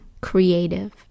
creative